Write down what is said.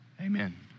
amen